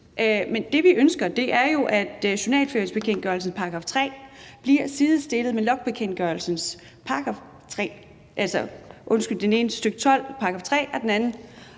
men det, vi ønsker, er jo, at journalføringsbekendtgørelsens § 3 bliver sidestillet med logningsbekendtgørelsens § 3, undskyld, den ene stk. 12, § 3, og den anden